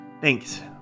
Thanks